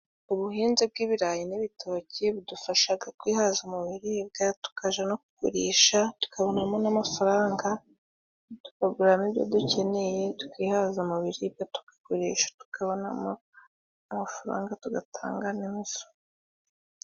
Ubuhinzi bw'ibirayi n'ibitoki budufashaga kwihaza mu biribwa ,tukaja no kugurisha tukabonamo n'amafaranga tukaguramo ibyo dukeneye tukihaza mu biribwa, tukagurisha tukabonamo amafaranga tugatanga n'imisoro.